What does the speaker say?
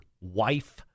wife